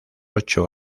ocho